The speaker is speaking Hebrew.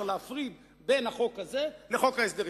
להפריד בין החוק הזה לחוק ההסדרים.